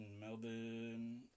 Melbourne